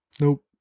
nope